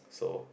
so